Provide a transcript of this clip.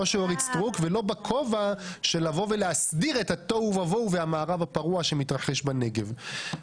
ולא בכובע של לבוא ולהסביר את התוהו ובוהו והמערב הפרוע שמתרחש בנגב.